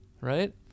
Right